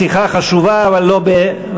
השיחה חשובה, אבל לא במליאה.